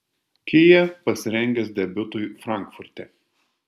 kia pasirengęs debiutui frankfurte